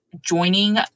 joining